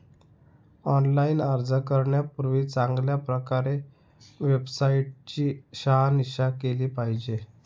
online अर्ज करण्यापूर्वी चांगल्या प्रकारे वेबसाईट ची शहानिशा केली पाहिजे